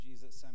Jesus